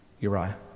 Uriah